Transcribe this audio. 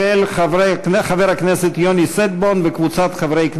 של חבר הכנסת יוני שטבון וקבוצת חברי הכנסת.